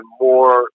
more